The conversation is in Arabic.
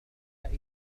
ذهبت